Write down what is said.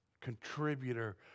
contributor